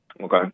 Okay